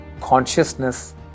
consciousness